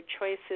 choices